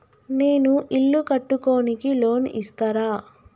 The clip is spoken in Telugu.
నేను ఇల్లు కట్టుకోనికి లోన్ ఇస్తరా?